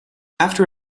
after